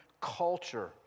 culture